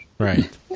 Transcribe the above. Right